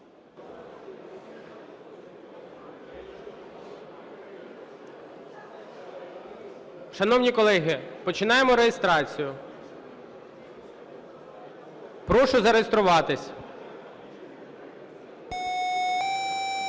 Шановні колеги, починаємо реєстрацію. Прошу зареєструватися. 10:09:46